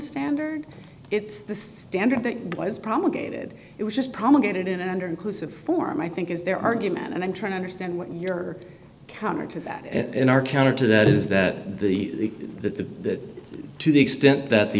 standard it's the standard that was promulgated it was just promulgated in an under inclusive form i think is their argument and i'm trying to understand what your counter to that and are counter to that is that the that the to the extent that the